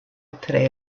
tre